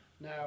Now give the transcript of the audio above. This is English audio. Now